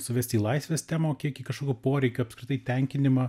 suvesti į laisvės temą o kie į kažkokio poreikio apskritai tenkinimą